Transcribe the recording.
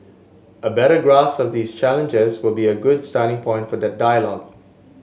a better grasp of this challenges will be a good starting point for that dialogue